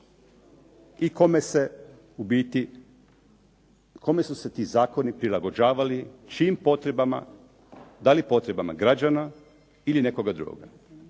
kome su se ti zakoni prilagođavali, čijim potrebama, da li potrebama građana ili nekoga drugoga.